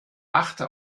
achte